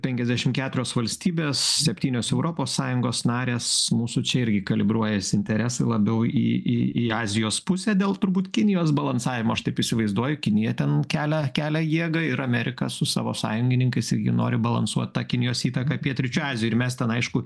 penkiasdešimt keturios valstybės septynios europos sąjungos narės mūsų čia irgi kalibruojasi interesai labiau į į į azijos pusę dėl turbūt kinijos balansavimo aš taip įsivaizduoju kinija ten kelia kelia jėgą ir amerika su savo sąjungininkais irgi nori balansuot tą kinijos įtaką pietryčių azijoj mes ten aišku